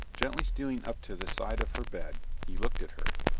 gently stealing up to the side of her bed he looked at her,